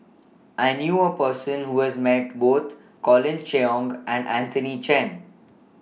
I knew A Person Who has Met Both Colin Cheong and Anthony Chen